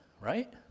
right